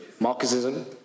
Marxism